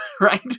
right